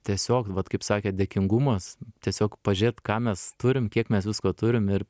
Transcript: tiesiog vat kaip sakėt dėkingumas tiesiog pažiūrėt ką mes turim kiek mes visko turim ir